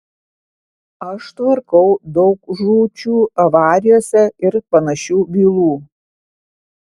aš tvarkau daug žūčių avarijose ir panašių bylų